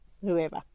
whoever